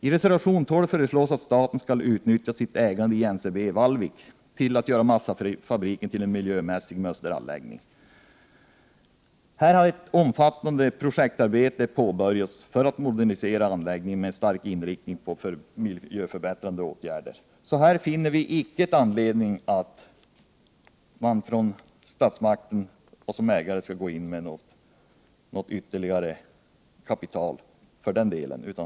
I reservation 12 föreslås att staten skall utnyttja sitt ägande i NCB Vallvik till att göra massafabriken till en miljömässig mönsteranläggning, då ett omfattande projektarbete pågår med att modernisera anläggningen med stark inriktning mot miljöförbättrande åtgärder. Vi finner inte någon anledning att statsmakterna skall gå in med något ytterligare kapital.